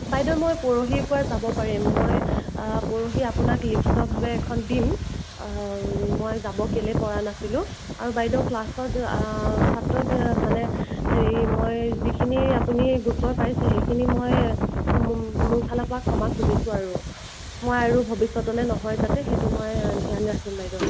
বাইদেউ মই পৰহিৰ পৰা যাব পাৰিম মই পৰহি আপোনাক লিখিতভাৱে এখন দিম মই যাব কেলে পৰা নাছিলো আৰু বাইদেউ ক্লাছত ছাত্ৰ মানে হেৰি মই যিখিনি আপুনি গোচৰ পাইছে সেইখিনি মই মোৰ ফালৰ পৰা ক্ষমা খুজিছোঁ আৰু মই আৰু ভৱিষ্যতলৈ নহয় যাতে সেইটো মই ধ্যান ৰাখিম বাইদেউ